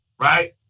right